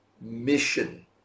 mission